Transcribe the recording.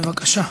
בבקשה.